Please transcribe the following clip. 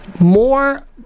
More